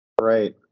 right